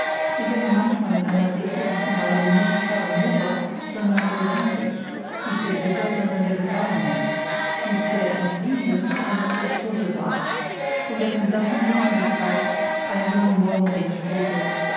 dem er manchmal in einer rätselhaften weise nicht casanova sondern lorenzi nicht der sieger sondern der gefallene nicht der entfliehende sondern der tote war um dessen blassen jünglingsleib einsamer morgenwind spielte